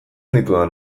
ditudan